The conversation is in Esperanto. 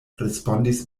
respondis